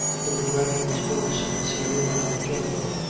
the regret was both sincere and general,